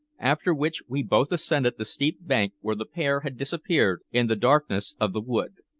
after which we both ascended the steep bank where the pair had disappeared in the darkness of the wood.